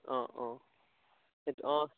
অঁ অঁ সেইটো অঁ